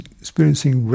experiencing